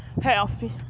healthy